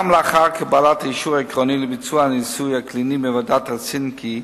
גם לאחר קבלת האישור העקרוני לביצוע הניסוי הקליני מוועדת הלסינקי,